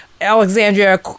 Alexandria